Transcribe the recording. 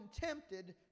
tempted